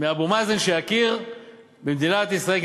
מאבו מאזן שיכיר במדינת ישראל.